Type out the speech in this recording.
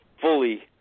fully